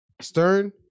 Stern